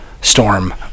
Storm